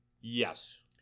Yes